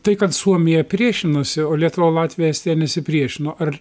tai kad suomija priešinosi o lietuva latvija estija nesipriešino ar